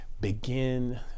begin